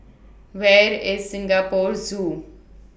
Where IS Singapore Zoo